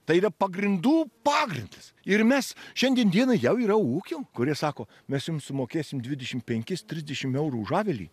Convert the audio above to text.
tai yra pagrindų pagrindas ir mes šiandien dienai jau yra ūkių kurie sako mes jum sumokėsim dvidešim penkis trisdešim eurų už avilį